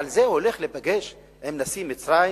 על זה הוא הולך להיפגש עם נשיא מצרים?